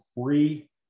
free